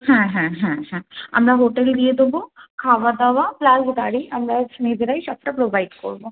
হ্যাঁ হ্যাঁ হ্যাঁ হ্যাঁ আমরা হোটেলে দিয়ে দেবো খাওয়া দাওয়া প্লাস গাড়ি আমরা নিজেরাই সবটা প্রোভাইড করব